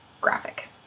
graphic